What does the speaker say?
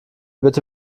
bitte